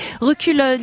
recule